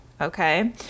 okay